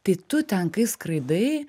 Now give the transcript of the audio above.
tai tu ten kai skraidai